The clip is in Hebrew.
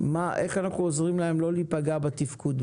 איך אנחנו עוזרים להם לא להיפגע בתפקוד?